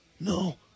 no